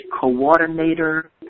coordinator